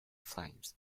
flames